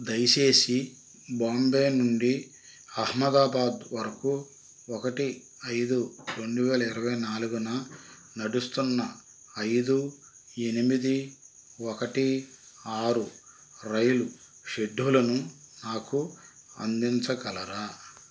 దయచేసి బాంబే నుండి అహ్మదాబాదు వరకు ఒకటి ఐదు రెండు వేల ఇరవై నాలుగున నడుస్తున్న ఐదు ఎనిమిది ఒకటి ఆరు రైలు షెడ్యూల్ను నాకు అందించగలరా